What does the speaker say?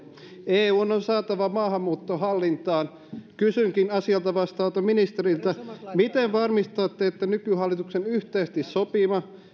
eun on saatava maahanmuutto hallintaan kysynkin asiasta vastaavalta ministeriltä miten varmistatte että nykyhallituksen yhteisesti sopiman